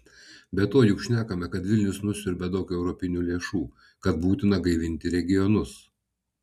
be to juk šnekama kad vilnius nusiurbia daug europinių lėšų kad būtina gaivinti regionus